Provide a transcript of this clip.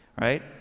right